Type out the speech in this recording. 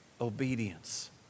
Obedience